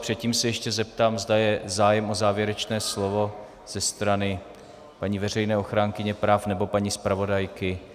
Předtím se ještě zeptám, zda je zájem o závěrečné slovo ze strany paní veřejné ochránkyně práv, nebo paní zpravodajky.